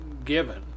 given